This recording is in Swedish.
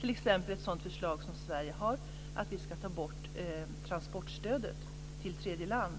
t.ex. stödja ett sådant förslag som Sverige har lagt fram, att vi ska ta bort transportstödet till tredje land.